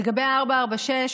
לגבי 446,